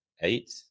eight